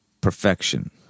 perfection